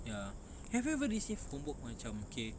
ya have you ever received homework macam okay